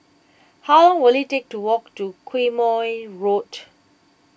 how will it take to walk to Quemoy Road